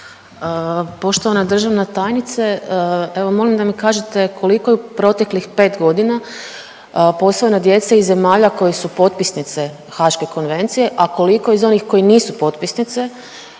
Poštovana državna tajnice. Evo molim da mi kažete koliko je u proteklih pet godina posvojeno djece iz zemalja koje su potpisnice Haške konvencije, a koliko iz onih koje nisu potpisnice